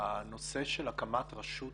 הנושא של הקמת רשות